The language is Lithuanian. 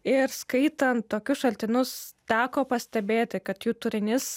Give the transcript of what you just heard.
ir skaitant tokius šaltinius teko pastebėti kad jų turinys